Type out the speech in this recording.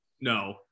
no